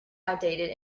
outdated